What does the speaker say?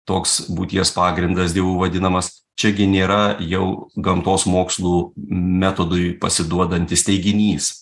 toks būties pagrindas dievu vadinamas čiagi nėra jau gamtos mokslų metodui pasiduodantis teiginys